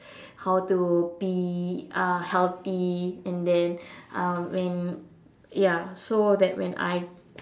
how to be uh healthy and then um when ya so that when I